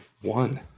one